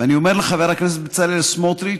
ואני אומר לחבר הכנסת בצלאל סמוטריץ,